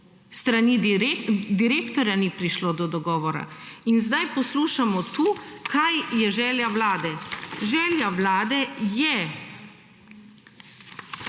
strani direktorja ni prišlo do dogovora. In zdaj poslušamo tu, kaj je želja vlade. Želja vlade je